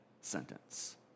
sentence